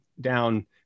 down